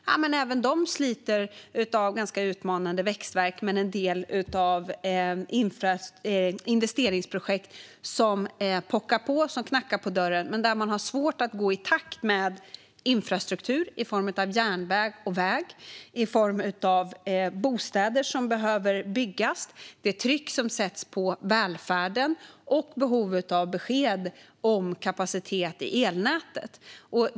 Nej, men även de sliter med växtvärk när investeringsprojekt knackar på dörren och pockar på, men det är svårt att gå i takt med infrastruktur i form av järnväg och väg, bostäder som behöver byggas, tryck på välfärden och behov av besked om kapacitet i elnätet.